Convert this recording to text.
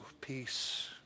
peace